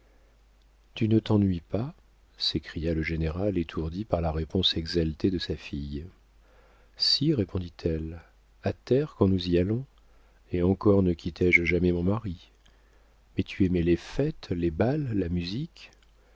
tu ne t'ennuies pas s'écria le général étourdi par la réponse exaltée de sa fille si répondit-elle à terre quand nous y allons et encore ne quitté je jamais mon mari mais tu aimais les fêtes les bals la musique